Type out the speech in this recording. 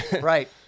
right